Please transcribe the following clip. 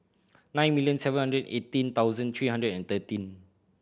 nine million seven hundred and eighteen thousand three hundred and thirteen